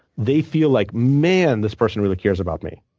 they feel like, man, this person really cares about me.